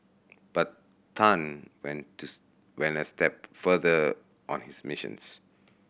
but Tan went to went a step further on his missions